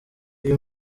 iyo